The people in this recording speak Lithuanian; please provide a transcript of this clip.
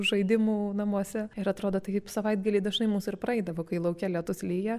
žaidimų namuose ir atrodo taip savaitgaliai dažnai mūsų ir praeidavo kai lauke lietus lyja